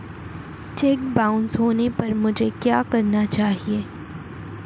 Check bounce होने पर मुझे क्या करना चाहिए?